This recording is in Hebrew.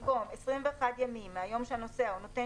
במקום "21 ימים מהיום שהנוסע או נותן